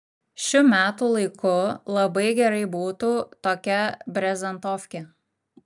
šiu metų laiku labai gerai būtų tokia brezentofkė